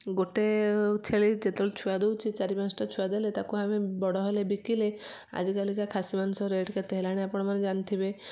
ଗୋଟେ ଛେଳି ଯେତେବେଳେ ଛୁଆ ଦେଉଛି ଚାରି ପାଞ୍ଚଟା ଛୁଆ ଦେଲେ ତାକୁ ଆମେ ବଡ଼ ହେଲେ ବିକିଲେ ଆଜିକାଲିକା ଖାସି ମାଂସ ରେଟ୍ କେତେ ହେଲାଣି ଆପଣମାନେ ଜାଣିଥିବେ